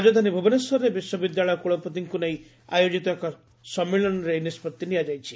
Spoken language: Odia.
ରାଜଧାନୀ ଭୁବନେଶ୍ୱରରେ ବିଶ୍ୱବିଦ୍ୟାଳୟ କୁଳପତିଙ୍କୁ ନେଇ ଆୟୋଜିତ ଏକ ସମ୍ମିଳନୀରେ ଏହି ନିଷ୍ବଉି ନିଆଯାଇଛି